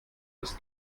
das